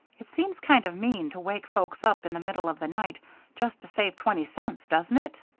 it seems kind of mean to wake folks up in the middle of the night just to save twenty cents, doesn't it?